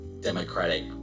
Democratic